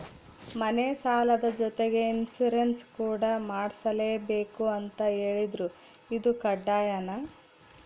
ಮನೆ ಸಾಲದ ಜೊತೆಗೆ ಇನ್ಸುರೆನ್ಸ್ ಕೂಡ ಮಾಡ್ಸಲೇಬೇಕು ಅಂತ ಹೇಳಿದ್ರು ಇದು ಕಡ್ಡಾಯನಾ?